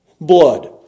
blood